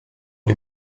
les